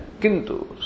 kintu